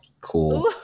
cool